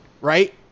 right